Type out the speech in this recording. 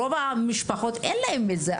רוב המשפחות אין להן את זה.